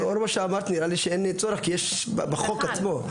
לאור מה שאמרת נראה לי שאין צורך כי יש בחוק עצמו.